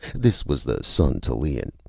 this was the sun tallien.